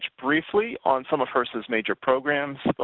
briefly on some of hrsa s major programs.